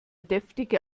deftige